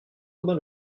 aubin